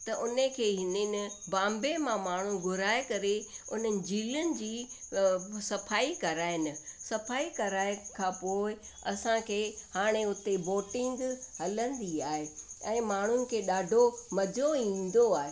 त उन खे हिननि बॉम्बे मां माण्हू घुराए करे उन्हनि झीलनि जी सफ़ाई कराइनि सफ़ाई कराइनि खां पोइ असांखे हाणे हुते बोटिंग हलंदी आहे ऐं माण्हुनि खे ॾाढो मज़ो ईंदो आहे